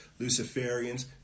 Luciferians